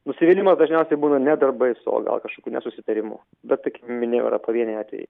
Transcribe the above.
nusivylimas dažniausiai būna ne darbais o gal kažkokiu nesusitarimu bet tai kaip minėjau yra pavieniai atvejai